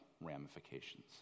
ramifications